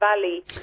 Valley